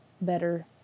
better